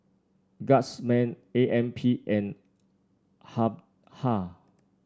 Guardsman A M P and Habhal